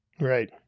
right